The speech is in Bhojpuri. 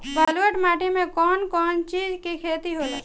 ब्लुअट माटी में कौन कौनचीज के खेती होला?